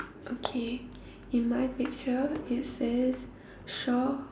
okay in my picture it says shore